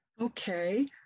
Okay